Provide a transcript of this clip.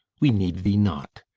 we need thee not.